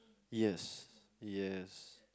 yes yes